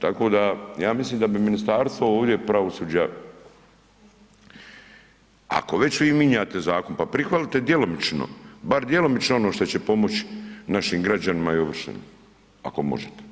Tako da ja mislim da bi Ministarstvo ovdje pravosuđa ako već vi mijenjate zakon pa prihvatite djelomično bar djelomično ono što će pomoći našim građanima i ovršenima ako možete.